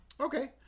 Okay